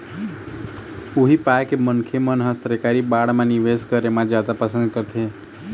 उही पाय के मनखे मन ह सरकारी बांड म निवेस करे म जादा पंसद करथे